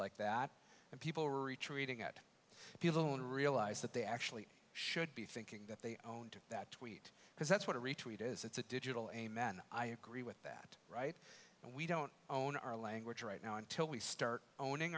like that and people retreating at people and realized that they actually should be thinking that they own that tweet because that's what every tweet is it's a digital amen i agree with that right and we don't own our language right now until we start owning